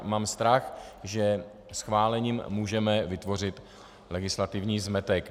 Mám strach, že schválením můžeme vytvořit legislativní zmetek.